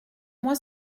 moi